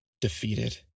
defeated